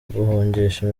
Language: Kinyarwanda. guhungisha